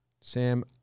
Sam